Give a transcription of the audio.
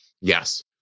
Yes